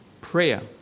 Prayer